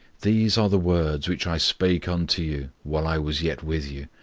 these are the words which i spake unto you, while i was yet with you,